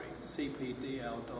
cpdl.org